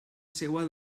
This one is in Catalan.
seua